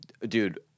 Dude